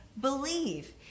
believe